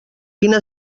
quina